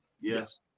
Yes